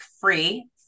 free